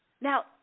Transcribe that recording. Now